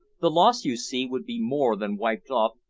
the loss, you see, would be more than wiped off,